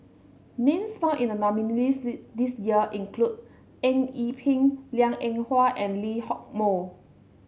names found in the nominees' list this year include Eng Yee Peng Liang Eng Hwa and Lee Hock Moh